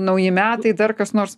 nauji metai dar kas nors